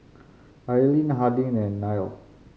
Aileen Harding and Nile